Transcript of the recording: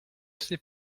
ces